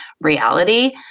reality